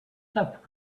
stop